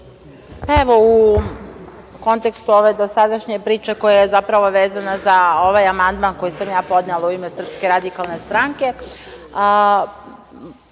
Evo, u kontekstu ove dosadašnje priče koja je, zapravo, vezana za ovaj amandman koji sam ja podnela u ime SRS, replicirajući